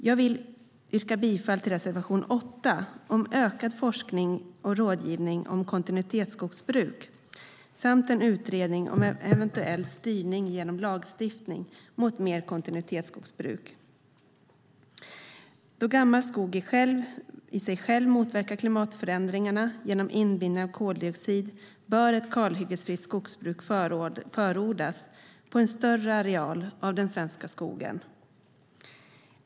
Jag vill yrka bifall till reservation 8 om ökad forskning och rådgivning om kontinuitetsskogsbruk samt om en utredning om eventuell styrning genom lagstiftning för mer kontinuitetsskogsbruk. Då gammal skog i sig själv motverkar klimatförändringarna genom inbindning av koldioxid bör ett kalhyggesfritt skogsbruk förordas på en större areal av den svenska skogen.